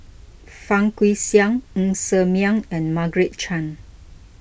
Fang Guixiang Ng Ser Miang and Margaret Chan